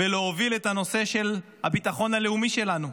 להוביל את הנושא של הביטחון הלאומי שלנו?